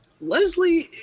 Leslie